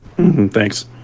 thanks